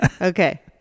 Okay